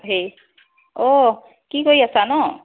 হেৰি অ কি কৰি আছা ন'